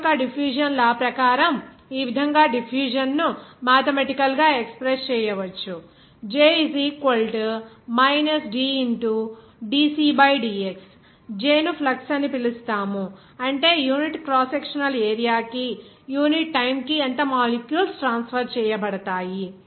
fix యొక్క diffusion law ప్రకారంవిధంగా diffusion ను మాథెమెటికల్ గా ఎక్స్ప్రెస్ చేయవచ్చు J ను ఫ్లక్స్ అని పిలుస్తారు అంటే యూనిట్ క్రాస్ సెక్షనల్ ఏరియా కి యూనిట్ టైమ్ కి ఎంత మాలిక్యూల్స్ ట్రాన్స్ఫర్ చేయబడతాయి